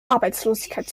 arbeitslosigkeit